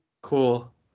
Cool